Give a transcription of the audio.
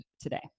today